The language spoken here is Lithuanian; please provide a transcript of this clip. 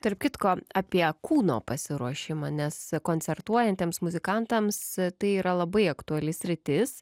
tarp kitko apie kūno pasiruošimą nes koncertuojantiems muzikantams tai yra labai aktuali sritis